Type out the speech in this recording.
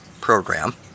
program